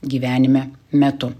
gyvenime metu